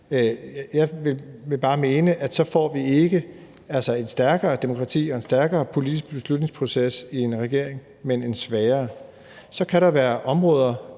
Jeg vil bare mene, at så får vi ikke et stærkere demokrati og en stærkere politisk beslutningsproces i en regering, men en svagere. Så kan der være områder